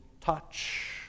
touch